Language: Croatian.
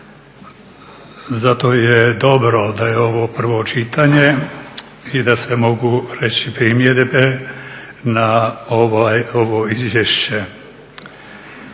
Zato je dobro da je ovo prvo čitanje i da se mogu reći primjedbe na ovo izvješće.